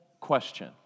question